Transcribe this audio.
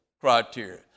criteria